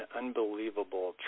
unbelievable